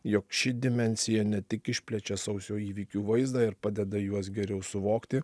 jog ši dimensija ne tik išplečia sausio įvykių vaizdą ir padeda juos geriau suvokti